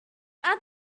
add